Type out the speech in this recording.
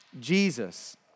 Jesus